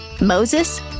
Moses